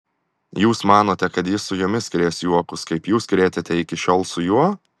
jūs manote kad jis su jumis krės juokus kaip jūs krėtėte iki šiol su juo